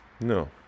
No